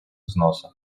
взносов